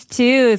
two